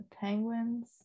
Penguins